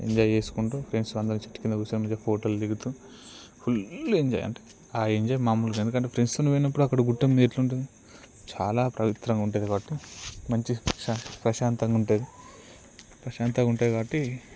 enjoy చేసుకుంటూ friends అందరం చెట్టు కింద కూర్చొని మరి ఫోటోలు దిగుతాము ఫుల్ ఎంజాయ్ అంటే ఆ ఎంజాయ్ మాములు ఎంజాయ్ ఎందుకంటె ఫ్రెండ్స్తోని పోయినప్పుడు అక్కడ గుట్ట ఎట్లుంటుంది చాలా పవిత్రంగా ఉంటుంది కాబట్టి మంచి ప్రశాంతంగా ఉంటుంది ప్రశాంతంగా ఉంటుంది కాబట్టి